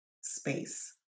space